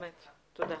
תודה.